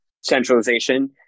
centralization